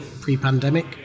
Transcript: pre-pandemic